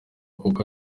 kuko